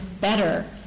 better